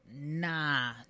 nah